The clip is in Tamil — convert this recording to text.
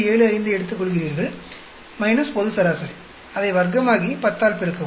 75 ஐ எடுத்துக்கொள்கிறீர்கள் - பொது சராசரி அதை வர்க்கமாக்கி 10 ஆல் பெருக்கவும்